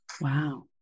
Wow